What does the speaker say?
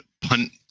punt